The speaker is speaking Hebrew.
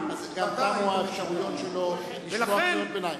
אז גם תמו האפשרויות שלו לשמוע קריאות ביניים.